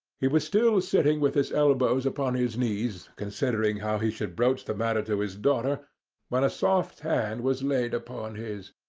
he was still sitting with his elbows upon his knees, considering how he should broach the matter to his daughter when a soft hand was laid upon his,